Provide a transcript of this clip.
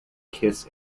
kiss